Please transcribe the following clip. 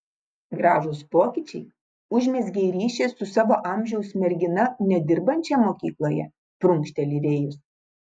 gražūs pokyčiai užmezgei ryšį su savo amžiaus mergina nedirbančia mokykloje prunkšteli rėjus